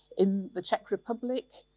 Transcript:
in the czech republic,